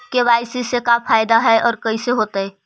KYC से का फायदा है और कैसे होतै?